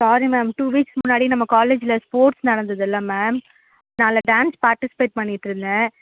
sorry ma'am two weeks முன்னாடி நம்ம காலேஜில் ஸ்போர்ட்ஸ் நடந்ததுல மேம் நான் அதில் டான்ஸ் பார்ட்டிசிபேட் பண்ணிட்டுருந்தேன்